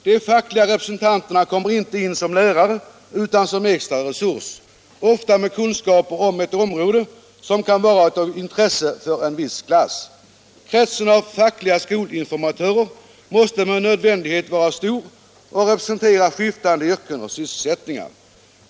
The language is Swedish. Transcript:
De fackliga representanterna kommer inte in som lärare utan som extra resurs, ofta med kunskaper om ett område som kan vara av intresse för en viss klass. Kretsen av fackliga skolinformatörer måste med nödvändighet vara stor och representera skiftande yrken och sysselsättningar.